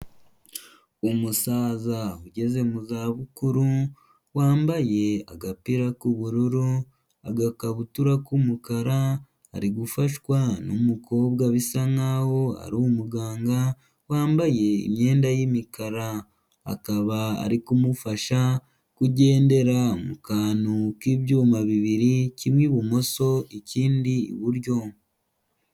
Umusaza ugeze mu zabukuru, wambaye agapira k'ubururu, agakabutura k'umukara, ari gufashwa n'umukobwa bisa nkaho ari umuganga, wambaye imyenda y'imikara. Akaba ari kumufasha kugendera mu kantu k'ibyuma bibiri, kimwe ibumoso ikindi iburyo.